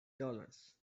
dollars